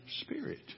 Spirit